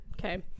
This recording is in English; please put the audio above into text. Okay